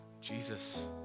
Jesus